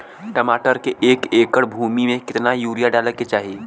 टमाटर के एक एकड़ भूमि मे कितना यूरिया डाले के चाही?